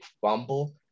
fumble